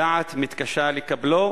והדעת מתקשה לקבלו.